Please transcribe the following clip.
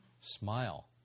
Smile